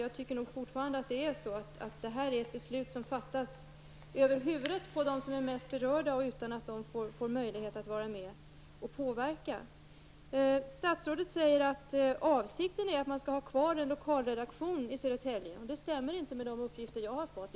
Jag tycker fortfarande att det är ett beslut som fattas över huvudet på dem som är mest berörda och utan att de får möjlighet att vara med och påverka. Statsrådet säger att avsikten är att man skall ha kvar en lokalredaktion i Södertälje. Det stämmer inte med de uppgifter jag har fått.